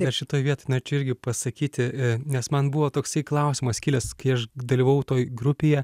ir aš šitoj vietoj norėčiau irgi pasakyti nes man buvo toksai klausimas kilęs kai aš dalyvavau toj grupėje